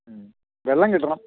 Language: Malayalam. വെള്ളം കിട്ടണം